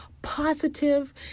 positive